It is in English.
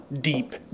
deep